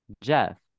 Jeff